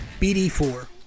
BD4